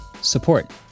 support